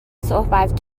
صحبت